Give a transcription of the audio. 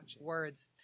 words